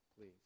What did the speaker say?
please